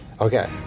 Okay